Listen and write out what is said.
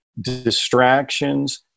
distractions